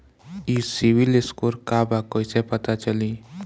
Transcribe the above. ई civil score का बा कइसे पता चली?